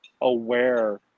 aware